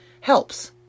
Helps